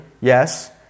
Yes